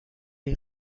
این